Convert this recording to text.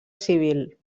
civil